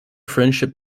friendship